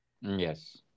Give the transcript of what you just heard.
Yes